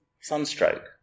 sunstroke